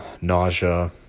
nausea